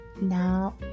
Now